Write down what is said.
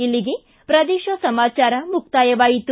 ಇಲ್ಲಿಗೆ ಪ್ರದೇಶ ಸಮಾಚಾರ ಮುಕ್ತಾಯವಾಯಿತು